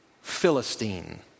Philistine